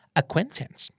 acquaintance